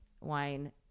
wine